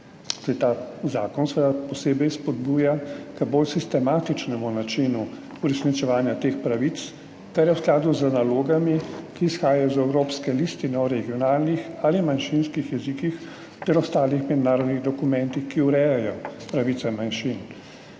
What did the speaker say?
skupnostim posebej spodbuja k bolj sistematičnemu načinu uresničevanja teh pravic, kar je v skladu z nalogami, ki izhajajo iz Evropske listine o regionalnih ali manjšinskih jezikih ter ostalih mednarodnih dokumentov, ki urejajo pravice manjšin.